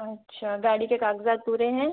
अच्छा गाड़ी के कागजात पूरे हैं